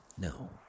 No